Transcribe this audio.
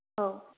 औ